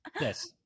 Yes